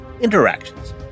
interactions